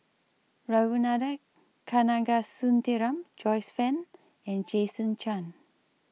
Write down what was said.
Ragunathar Kanagasuntheram Joyce fan and Jason Chan